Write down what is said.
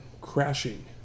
crashing